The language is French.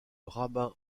rabbin